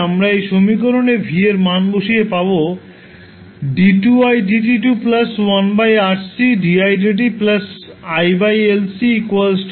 আমরা এই সমীকরণে v এর মান বসিয়ে পাবো